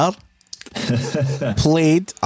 played